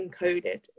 encoded